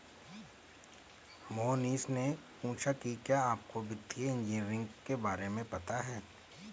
मोहनीश ने पूछा कि क्या आपको वित्तीय इंजीनियरिंग के बारे में पता है?